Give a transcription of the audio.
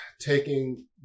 taking